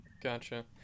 Gotcha